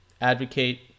advocate